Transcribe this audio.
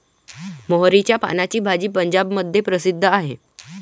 मोहरीच्या पानाची भाजी पंजाबमध्ये प्रसिद्ध आहे